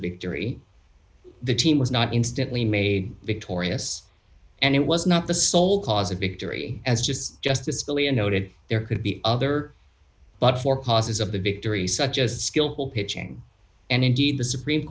victory the team was not instantly made victorious and it was not the sole cause of victory as just justice scalia noted there could be other but for causes of the victories such as skillful pitching and indeed the supreme